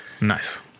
Nice